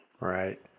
right